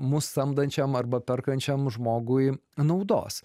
mus samdančiam arba perkančiam žmogui naudos